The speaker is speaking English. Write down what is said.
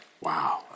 Wow